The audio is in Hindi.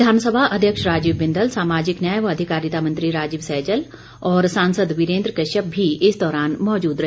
विधानसभा अध्यक्ष राजीव बिंदल सामाजिक न्याय व अधिकारिता मंत्री राजीव सहजल और सांसद वीरेन्द्र कश्यप भी इस दौरान मौजूद रहे